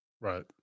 Right